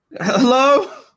hello